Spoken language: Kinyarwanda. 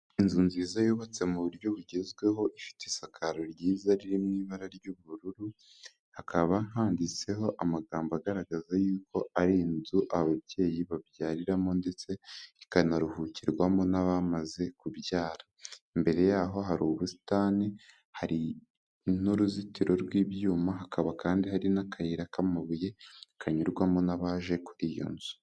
Inzu nziza yubatse mu buryo bugezweho,, ifite isakaro ryiza riri mu ibara ry'ubururu hakaba handitseho amagambo agaragaza yuko ari inzu ababyeyi babyariramo ndetse ikanaruhukirwamo n'abamaze kubyara, imbere yaho hari ubusitani, hari n'uruzitiro rw'ibyuma, hakaba kandi hari n'akayira k'amabuye, kanyurwamo n'abaje kuri iyo nzu.